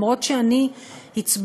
למרות שאני הצבעתי,